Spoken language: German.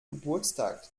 geburtstag